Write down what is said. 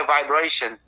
vibration